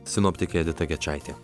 sinoptikė edita gečaitė